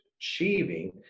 achieving